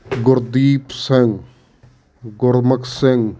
Gurdeep Singh Gurmukh Singh